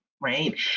Right